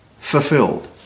fulfilled